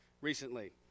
recently